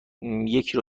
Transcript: یکی